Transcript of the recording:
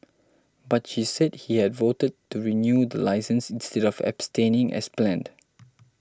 but she said he had voted to renew the licence instead of abstaining as planned